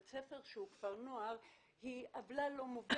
ספר שהוא כפר נוער היא עוולה לא הוגנת.